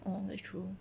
orh that's true